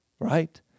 Right